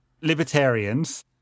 libertarians